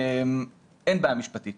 אין בעיה משפטית